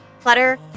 Clutter